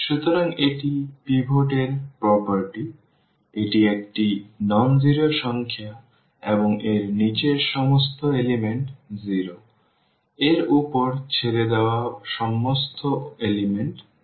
সুতরাং এটি পিভট এর বৈশিষ্ট্য এটি একটি অ শূন্য সংখ্যা এবং এর নীচের সমস্ত উপাদান 0 এর উপর ছেড়ে দেওয়া সমস্ত উপাদান 0